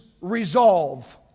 resolve